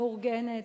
מאורגנת,